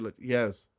yes